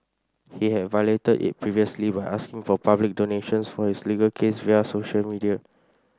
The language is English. he had violated it previously by asking for public donations for his legal case via social media